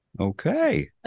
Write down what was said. Okay